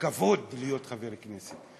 הכבוד להיות חבר כנסת,